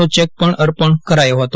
નો cheque અર્પણ કરાયો હતો